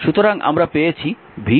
সুতরাং আমরা পেয়েছি v i Req